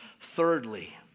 Thirdly